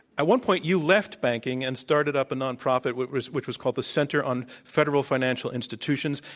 at one point you left banking and started up a nonprofit, which was which was called the center on federal financial institutions.